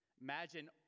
Imagine